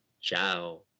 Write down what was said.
Ciao